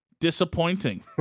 Disappointing